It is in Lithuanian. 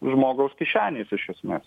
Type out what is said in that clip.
žmogaus kišenės iš esmės